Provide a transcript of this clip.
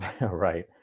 right